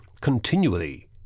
continually